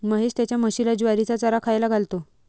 महेश त्याच्या म्हशीला ज्वारीचा चारा खायला घालतो